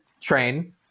train